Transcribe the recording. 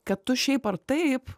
kad tu šiaip ar taip